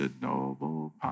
noble